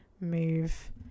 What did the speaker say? move